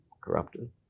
corrupted